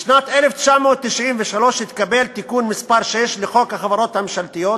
בשנת 1993 התקבל תיקון מס' 6 לחוק החברות הממשלתיות,